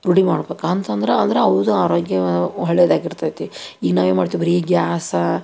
ರೂಢಿ ಮಾಡ್ಬೇಕು ಅಂತ ಅಂದ್ರ ಅಂದ್ರೆ ಅವ್ರದ್ದು ಆರೋಗ್ಯ ಒಳ್ಳೆದಾಗಿರ್ತೈತಿ ಈಗ ನಾವೇನ್ಮಾಡ್ತೀವಿ ಬರೀ ಗ್ಯಾಸ